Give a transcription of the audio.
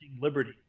liberty